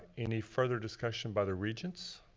any further discussion by the regents?